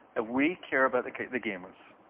ah we care about the the gamers,